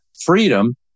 freedom